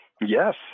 Yes